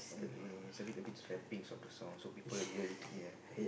eh is a bit a bit a bits of the song so people hear it ya